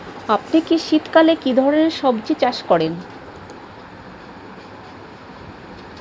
আপনি শীতকালে কী ধরনের সবজী চাষ করেন?